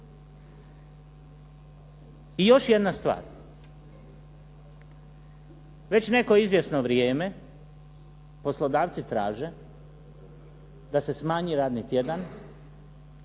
I još jedna stvar. Već neko izvjesno vrijeme poslodavci traže da se smanji radni tjedan